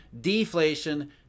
deflation